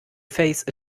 face